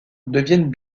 deviennent